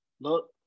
Look